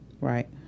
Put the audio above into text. right